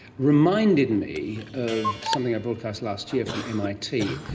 reminded me of something i broadcast last year from mit.